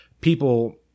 people